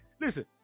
Listen